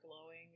glowing